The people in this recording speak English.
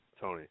Tony